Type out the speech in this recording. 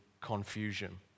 confusion